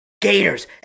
Gators